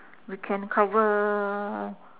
we can cover